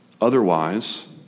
Otherwise